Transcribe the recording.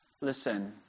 Listen